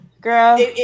girl